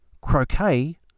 croquet